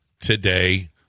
today